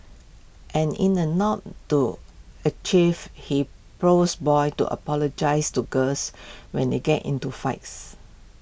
and in A nod to A chef he prods boys to apologise to girls when they get into fights